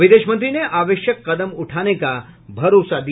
विदेश मंत्री ने आवश्यक कदम उठाने का भरोसा दिया